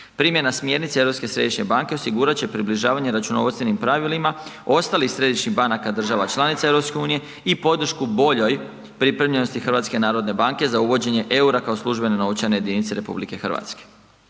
središnje banke osigurat će približavanje računovodstvenim pravilima ostalih središnjih banaka država članica EU-a i podršku boljoj pripremljenosti HNB-a za uvođenje eura kao službene novčane jedinice RH. Zatim